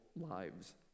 lives